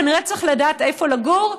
כנראה צריך לדעת איפה לגור,